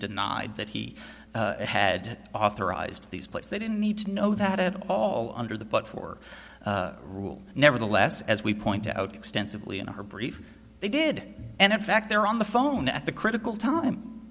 denied that he had authorized these plates they didn't need to know that at all under the but for rule nevertheless as we point out extensively in our brief they did and in fact they're on the phone at the critical time